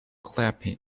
clapping